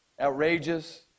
outrageous